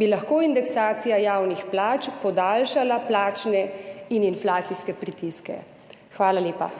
bi lahko indeksacija javnih plač podaljšala plačne in inflacijske pritiske.« Hvala lepa.